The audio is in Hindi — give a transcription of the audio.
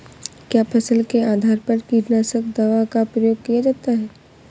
क्या फसल के आधार पर कीटनाशक दवा का प्रयोग किया जाता है?